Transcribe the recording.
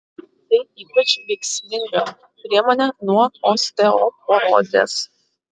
tai ypač veiksminga priemonė nuo osteoporozės